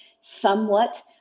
somewhat